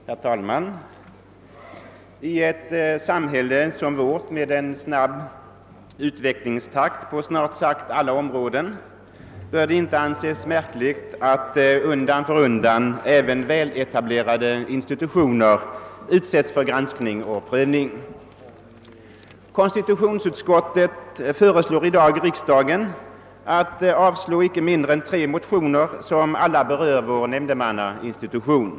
Herr talman! I ett samhälle som vårt med snabb utvecklingstakt på snart sagt alla områden bör det inte anses märkligt att även väletablerade institutioner utsättes för granskning och prövning. Konstitutionsutskottet föreslår i sitt förevarande utlåtande att riksdagen skall avslå tre motioner, som alla berör vår nämndemannainstitution.